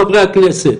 חברי הכנסת.